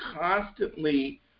constantly